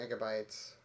megabytes